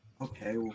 Okay